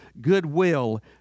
goodwill